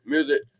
Music